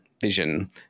vision